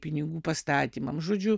pinigų pastatymam žodžiu